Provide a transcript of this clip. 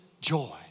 joy